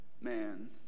Man